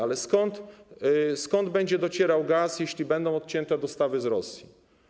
Ale skąd będzie docierał gaz, jeśli będą odcięte dostawy z Rosji?